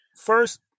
First